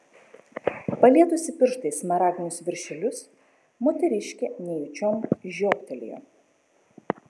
palietusi pirštais smaragdinius viršelius moteriškė nejučiom žioptelėjo